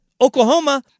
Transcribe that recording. Oklahoma